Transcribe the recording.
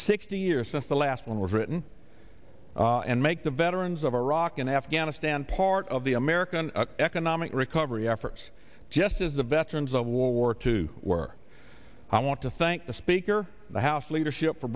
sixty years since the last one was written and make the veterans of iraq and afghanistan part of the american economic recovery efforts just as the veterans of war two were i want to thank the speaker of the house leadership for